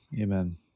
amen